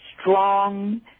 strong